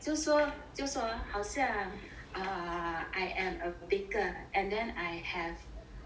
就说就说 ah 好像 ah I am a baker and then I have